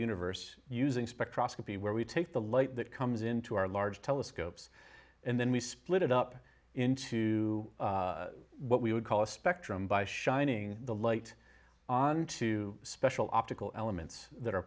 spectroscopy where we take the light that comes into our large telescopes and then we split it up into what we would call a spectrum by shining the light onto special optical elements that are